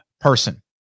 person